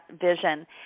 vision